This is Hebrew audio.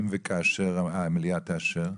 אם וכאשר המליאה תאשר?